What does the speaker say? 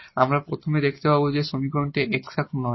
এবং আমরা প্রথমে দেখতে পাব যে এই সমীকরণটি এক্সাট নয়